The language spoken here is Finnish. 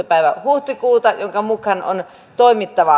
päivä huhtikuuta ja jonka mukaan on toimittava